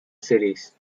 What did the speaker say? series